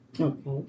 Okay